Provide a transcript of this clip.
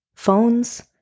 Phones